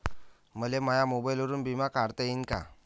मले माया मोबाईलवरून बिमा भरता येईन का?